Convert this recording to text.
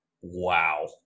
Wow